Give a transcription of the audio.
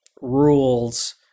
rules